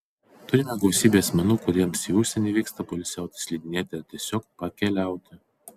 turime gausybę asmenų kurie į užsienį vyksta poilsiauti slidinėti ar tiesiog pakeliauti